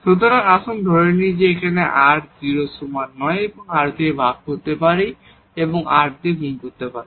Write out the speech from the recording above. সুতরাং আসুন ধরে নিই যে এই r 0 এর সমান নয় আমরা r দিয়ে ভাগ করতে পারি এবং r দিয়ে গুণ করতে পারি